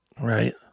Right